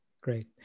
Great